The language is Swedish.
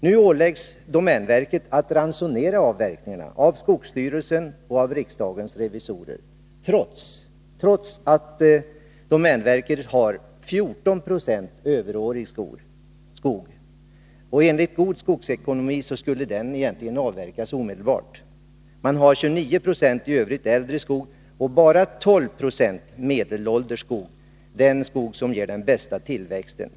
Nu åläggs domänverket av skogsstyrelsen och riksdagens revisorer att ransonera avverkningarna — trots att domänverket har 14 96 överårig skog. Skulle man bedriva en god skogsekonomi skulle den egentligen avverkas omedelbart. Verket har 29 96 äldre skog i övrigt och bara 12 26 medelålders skog, den som ger den bästa tillväxten.